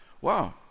wow